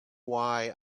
why